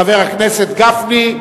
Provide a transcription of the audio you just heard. חבר הכנסת משה גפני,